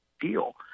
deal